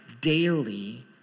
daily